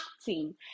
acting